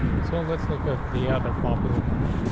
so let's look at the other popular ones.